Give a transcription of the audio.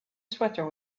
sweater